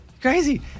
Crazy